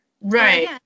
right